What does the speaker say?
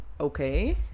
okay